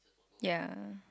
ya